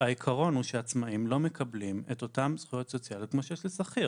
העיקרון הוא שעצמאים לא מקבלים את אותן זכויות סוציאליות כמו שיש לשכיר.